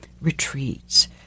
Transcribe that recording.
retreats